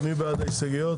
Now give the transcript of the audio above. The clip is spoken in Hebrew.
מי בעד ההסתייגויות?